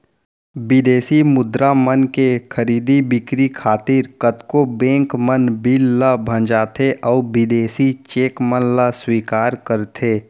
बिदेसी मुद्रा मन के खरीदी बिक्री खातिर कतको बेंक मन बिल ल भँजाथें अउ बिदेसी चेक मन ल स्वीकार करथे